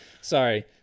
Sorry